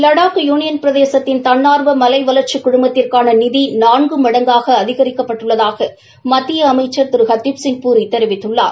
Ladakh union பிரதேசத்தின் தன்னார்வ மலை வளா்ச்சிக் குழுமத்திற்கான நிதி நான்கு மடங்காக அதிகரிக்கப்பட்டுள்ளதாக மத்திய அமைச்சா திரு ஹர்தீப் சிங் பூரி தெரிவித்துள்ளார்